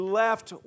left